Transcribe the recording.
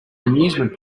amusement